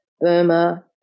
Burma